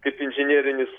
kaip inžinerinis